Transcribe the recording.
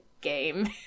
game